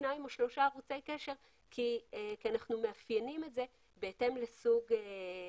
שניים או שלושה ערוצי קשר כי אנחנו מאפיינים את זה בהתאם לסוג האוכלוסייה.